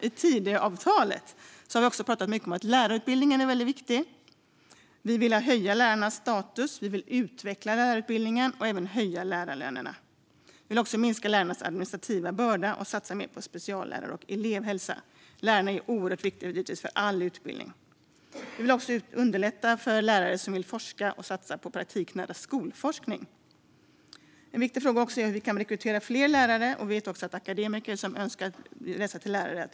I Tidöavtalet har vi skrivit mycket om att lärarutbildningen är väldigt viktig. Vi vill höja lärarnas status och utveckla lärarutbildningen och även höja lärarlönerna. Vi vill också minska lärarnas administrativa börda och satsa mer på speciallärare och elevhälsa. Lärarna är oerhört viktiga för all utbildning. Vi vill också underlätta för lärare som vill forska och satsa på praktik nära skolforskning. En viktig fråga är hur vi kan rekrytera fler lärare. Vi vet att det finns akademiker som önskar läsa till lärare.